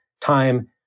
time